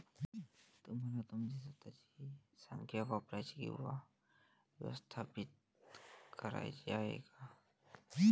तुम्हाला तुमची स्वतःची संख्या वापरायची किंवा व्यवस्थापित करायची आहे का?